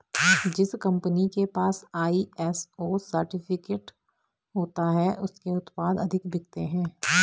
जिस कंपनी के पास आई.एस.ओ सर्टिफिकेट होता है उसके उत्पाद अधिक बिकते हैं